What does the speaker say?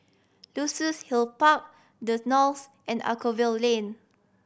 Luxus Hill Park The Knolls and Anchorvale Lane